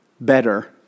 better